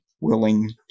willing